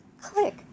click